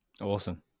Awesome